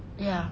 ya